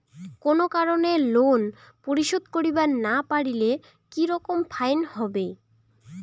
কোনো কারণে লোন পরিশোধ করিবার না পারিলে কি রকম ফাইন হবে?